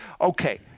Okay